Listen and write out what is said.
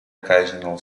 occasional